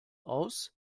aus